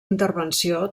intervenció